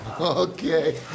Okay